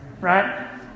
right